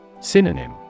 Synonym